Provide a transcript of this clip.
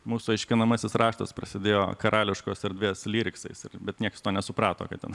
mūsų aiškinamasis raštas prasidėjo karališkos erdvės lyriksais bet nieks to nesuprato kad ten